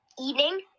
eating